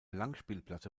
langspielplatte